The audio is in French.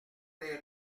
les